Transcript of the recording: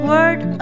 Word